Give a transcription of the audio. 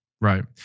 Right